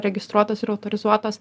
registruotos ir autorizuotos